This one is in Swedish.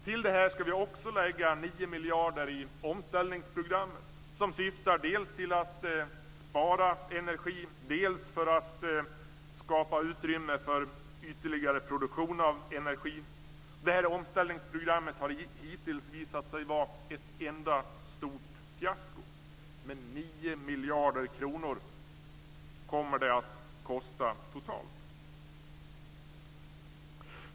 Till det här ska vi också lägga 9 miljarder i omställningsprogrammet som syftar till att dels spara energi, dels skapa utrymme för ytterligare produktion av energi. Det här omställningsprogrammet har hittills visat sig vara ett enda stort fiasko. Men 9 miljarder kronor kommer det att kosta totalt.